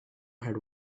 had